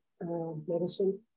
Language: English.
medicine